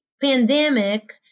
pandemic